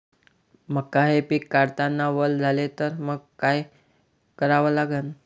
मका हे पिक काढतांना वल झाले तर मंग काय करावं लागन?